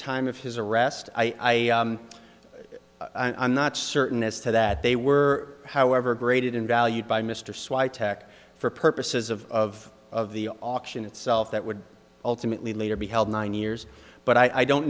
time of his arrest i am not certain as to that they were however graded and valued by mr swire tack for purposes of of of the auction itself that would ultimately later be held nine years but i don't